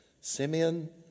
Simeon